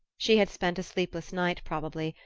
she had spent a sleepless night, probably,